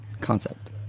Concept